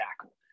tackle